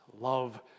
Love